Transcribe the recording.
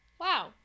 Wow